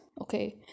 okay